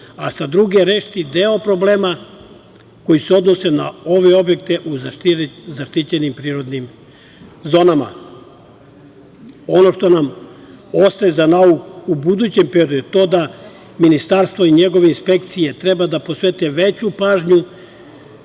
a sa druge strane rešiti deo problema koji se odnose na ove objekte u zaštićenim prirodnim zonama. Ono što nam ostaje za nauk u budućem periodu je to da Ministarstvo i njegove inspekcije treba da posvete veću pažnju